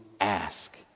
ask